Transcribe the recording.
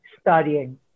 studying